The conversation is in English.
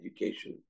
education